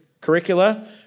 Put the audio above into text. curricula